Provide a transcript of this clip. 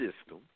system